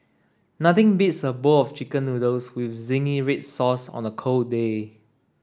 nothing beats a bowl of chicken noodles with zingy red sauce on a cold day